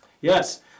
Yes